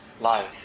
life